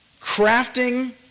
crafting